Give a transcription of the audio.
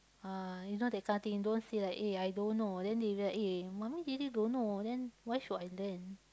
uh you know that kind of thing don't say like eh I don't know then they like eh mummy really don't know then why should I learn